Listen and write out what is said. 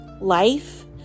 life